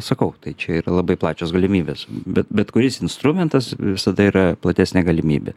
sakau tai čia yra labai plačios galimybės bet bet kuris instrumentas visada yra platesnė galimybė